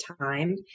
time